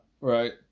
Right